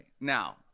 Now